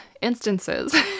instances